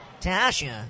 Tasha